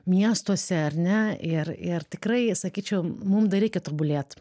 miestuose ar ne ir ir tikrai sakyčiau mum dar reikia tobulėt